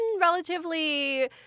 relatively